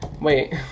Wait